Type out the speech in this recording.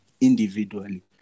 individually